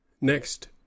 next